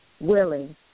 willing